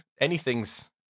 anything's